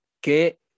que